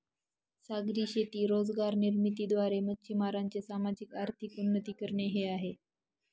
सागरी शेती रोजगार निर्मिती द्वारे, मच्छीमारांचे सामाजिक, आर्थिक उन्नती करणे हे आहे